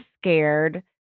scared